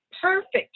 perfect